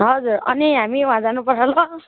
हजुर अनि हामी वहाँ जानुपर्छ ल